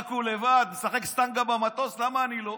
רק הוא לבד, משחק סטנגה במטוס, למה אני לא?